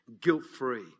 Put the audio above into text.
guilt-free